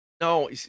No